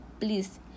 please